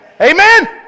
amen